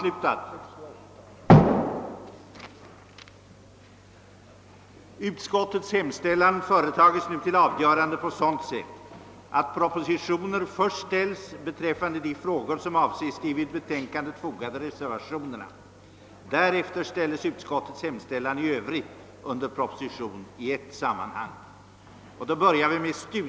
Utskottets hemställan företages till avgörande på sådant sätt, att propositioner först ställes beträffande de frågor som avses i de vid betänkandet fogade reservationerna. Därefter ställes utskottets hemställan i övrigt under proposition i ett sammanhang.